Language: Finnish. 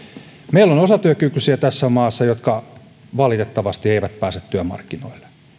meillä on tässä maassa osatyökykyisiä jotka valitettavasti eivät pääse työmarkkinoille